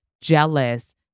jealous